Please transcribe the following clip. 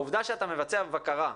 העובדה שאתה מבצע בקרה,